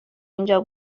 اینجا